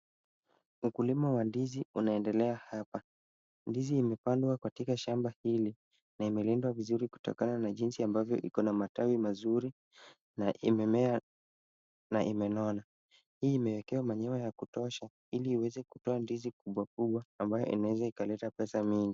Ukulima wa ndizi unaendelea hapa, ndizi imepandwa katika shamba hili na imelindwa vizuri kutokana na jinsi ambavyo iko na matawi mazuri na imemea na imenona. Hii imeekewa manyoya ya kutosha ili iweze kutoa ndizi kubwa kubwa ambaye inaweza kuleta pesa mingi.